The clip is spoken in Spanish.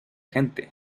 gente